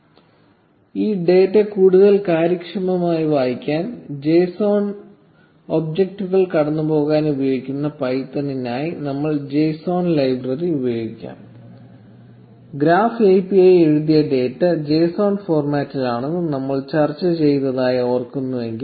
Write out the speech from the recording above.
1256 ഈ ഡാറ്റ കൂടുതൽ കാര്യക്ഷമമായി വായിക്കാൻ JSON ഒബ്ജക്റ്റുകൾ കടന്നുപോകാൻ ഉപയോഗിക്കുന്ന പൈത്തണിനായി നമ്മൾ JSON ലൈബ്രറി ഉപയോഗിക്കും ഗ്രാഫ് API എഴുതിയ ഡാറ്റ JSON ഫോർമാറ്റിലാണെന്ന് നമ്മൾ ചർച്ച ചെയ്തതായി ഓർക്കുന്നുവെങ്കിൽ